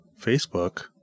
Facebook